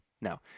No